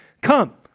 Come